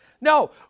No